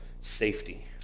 safety